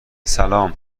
سلام